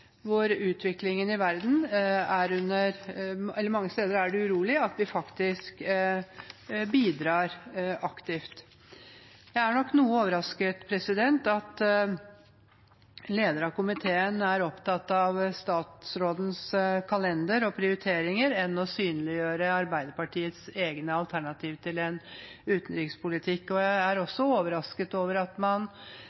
vår hjelp. Det kan være viktig – mange steder er det urolig – at vi faktisk bidrar aktivt. Jeg er nok noe overrasket over at lederen av komiteen er mer opptatt av statsrådens kalender og prioriteringer enn av å synliggjøre Arbeiderpartiets egne alternativer til en utenrikspolitikk. Jeg er